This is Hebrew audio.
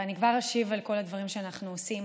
ואני כבר אשיב על כל הדברים שאנחנו עושים,